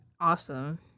awesome